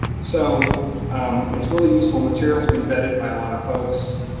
so it's really useful material, it's been vetted by a lot of folks.